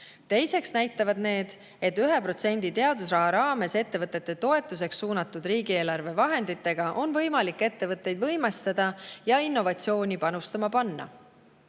Teiseks näitavad need, et 1% teadusraha raames ettevõtete toetuseks suunatud riigieelarve vahenditega on võimalik ettevõtteid võimestada ja innovatsiooni panustama panna.